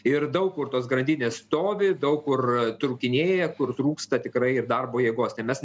ir daug kur tos grandinės stovi daug kur trūkinėja kur trūksta tikrai ir darbo jėgos tai mes